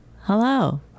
Hello